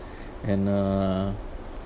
and uh